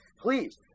please